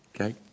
Okay